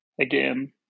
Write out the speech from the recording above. again